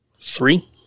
Three